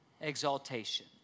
exaltation